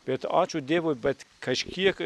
bet ačiū dievui bet kažkiek